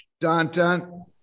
dun-dun